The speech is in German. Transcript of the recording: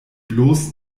bloß